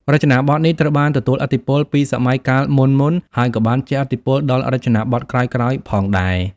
រចនាបថនេះត្រូវបានទទួលឥទ្ធិពលពីសម័យកាលមុនៗ ហើយក៏បានជះឥទ្ធិពលដល់រចនាបថក្រោយៗផងដែរ។